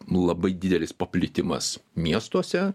labai didelis paplitimas miestuose